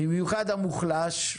במיוחד המוחלש,